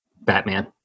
batman